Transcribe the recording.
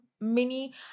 mini